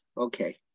Okay